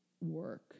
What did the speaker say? work